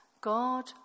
God